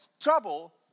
trouble